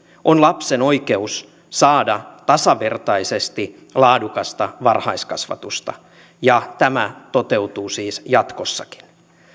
on lapsen oikeus saada tasavertaisesti laadukasta varhaiskasvatusta ja tämä toteutuu siis jatkossakin